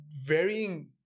varying